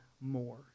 more